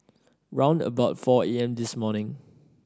round about four A M this morning